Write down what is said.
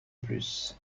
plus